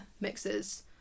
mixes